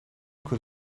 could